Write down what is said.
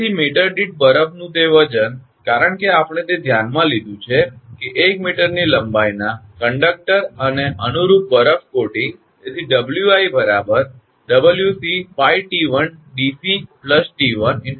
તેથી મીટર દીઠ બરફનું તે વજન કારણ કે આપણે તે ધ્યાનમાં લીધું છે કે 1 મીટરની લંબાઈના કંડકટર અને અનુરૂપ બરફ કોટિંગ તેથી 𝑊𝑖 𝑊𝑐𝜋𝑡1𝑑𝑐 𝑡1 × 10−4 𝐾𝑔 𝑚